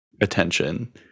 attention